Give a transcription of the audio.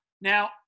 Now